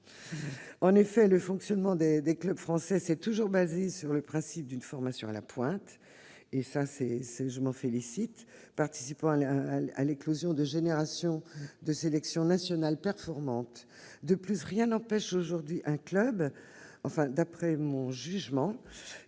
car le fonctionnement des clubs français s'est toujours fondé sur le principe d'une formation à la pointe, participant à l'éclosion de générations de sélections nationales performantes. De plus, rien n'empêche aujourd'hui un club- ceux-ci sont